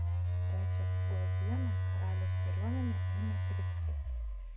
trečią pūgos dieną karaliaus kariuomenė ėmė krikti